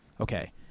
Okay